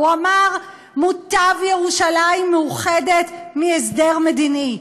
הוא אמר: מוטב ירושלים מאוחדת מהסדר מדיני.